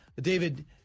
David